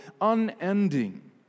unending